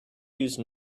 use